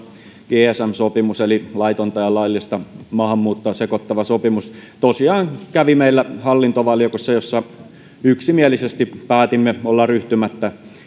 gcm sopimus eli laitonta ja laillista maahanmuuttoa sekoittava sopimus tosiaan kävi meillä hallintovaliokunnassa jossa yksimielisesti päätimme olla ryhtymättä